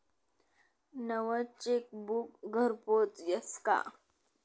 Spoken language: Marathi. नवं चेकबुक घरपोच यस का?